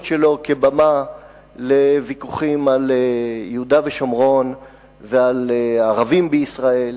שלו כבמה לוויכוחים על יהודה ושומרון ועל ערבים בישראל,